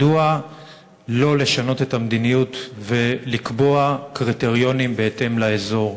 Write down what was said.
מדוע לא לשנות את המדיניות ולקבוע קריטריונים בהתאם לאזור?